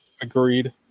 Agreed